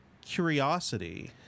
curiosity